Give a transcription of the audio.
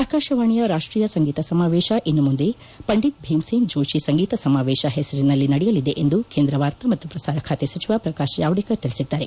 ಆಕಾಶವಾಣಿಯ ರಾಷ್ಟೀಯ ಸಂಗೀತ ಸಮಾವೇಶ ಇನ್ನು ಮುಂದೆ ಪಂಡೀತ್ ಭೀಮ್ ಸೇನ್ ಜೋಷಿ ಸಂಗೀತ ಸಮಾವೇಶ ಹೆಸರಿನಲ್ಲಿ ನಡೆಯಲಿದೆ ಎಂದು ಕೇಂದ್ರ ವಾರ್ತಾ ಮತ್ತು ಪ್ರಸಾರಖಾತೆ ಸಚಿವ ಪ್ರಕಾಶ್ ಜಾವಡೇಕರ್ ತಿಳಿಸಿದ್ದಾರೆ